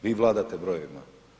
Vi vladate brojevima.